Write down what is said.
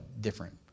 different